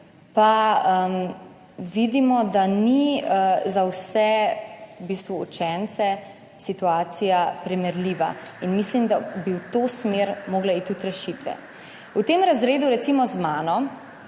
pa vidimo, da v bistvu ni za vse učence situacija primerljiva, in mislim, da bi v to smer morale iti tudi rešitve. V tem razredu, recimo, z mano,